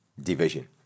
division